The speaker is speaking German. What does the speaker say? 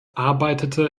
arbeitete